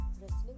wrestling